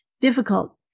difficult